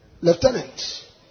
Lieutenant